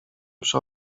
przy